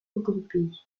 regroupée